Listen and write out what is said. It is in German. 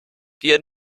dir